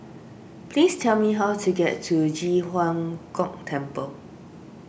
please tell me how to get to Ji Huang Kok Temple